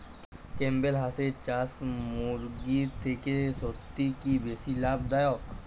Campbell হাঁসের চাষ মুরগির থেকে সত্যিই কি বেশি লাভ দায়ক?